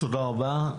תודה רבה.